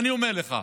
ואני אומר לך,